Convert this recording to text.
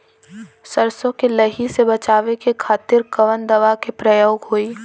सरसो के लही से बचावे के खातिर कवन दवा के प्रयोग होई?